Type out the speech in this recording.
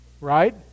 right